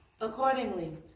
Accordingly